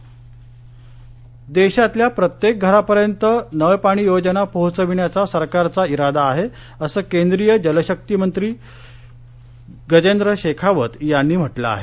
पाणी देशातल्या प्रत्येक घरापर्यंत नळपाणी योजना पोहोचवण्याचा सरकारचा इरादा आहे असं केंद्रीय जलशक्ती मंत्री गजेंद्र शेखावत यांनी म्हटलं आहे